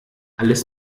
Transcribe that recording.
alles